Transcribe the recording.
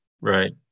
Right